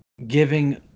Giving